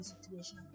situation